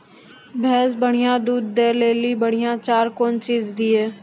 भैंस बढ़िया दूध दऽ ले ली बढ़िया चार कौन चीज दिए?